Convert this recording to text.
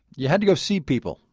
you had to go see people,